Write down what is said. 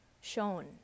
shown